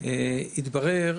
התברר